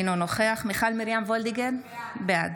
אינו נוכח מיכל מרים וולדיגר, בעד